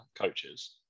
coaches